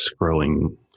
scrolling